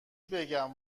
بگم